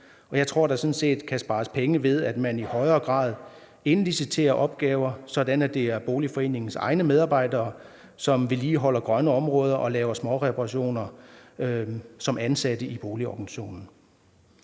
set, der kan spares penge ved, at man i højere grad indliciterer opgaver, sådan at det er boligforeningens egne medarbejdere, som vedligeholder grønne områder og laver småreparationer som ansatte i boligorganisationen.